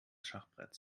schachbretts